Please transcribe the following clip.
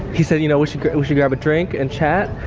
he said, you know, we should grab should grab a drink and chat.